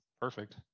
perfect